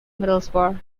middlesbrough